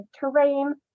terrain